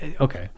Okay